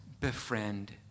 befriend